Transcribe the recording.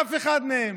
אף אחד מהם: